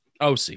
OC